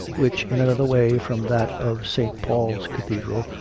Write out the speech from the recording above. which, in another way from that of st. paul s cathedral,